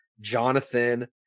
Jonathan